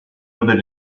whether